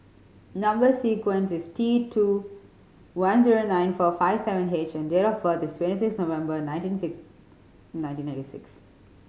number sequence is T two one zero nine four five seven H and date of birth is twenty six November nineteen six nineteen ninety six